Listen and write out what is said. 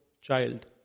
child